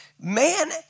man